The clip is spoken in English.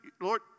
Lord